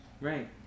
Right